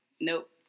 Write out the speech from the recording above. nope